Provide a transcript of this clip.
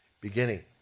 beginning